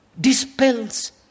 dispels